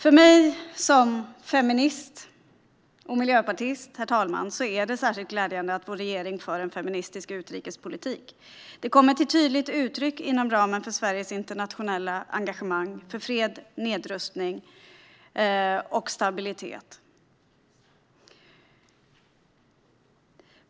För mig som feminist och miljöpartist är det särskilt glädjande att vår regering för en feministisk utrikespolitik. Det kommer till tydligt uttryck inom ramen för Sveriges internationella engagemang för fred, nedrustning och stabilitet.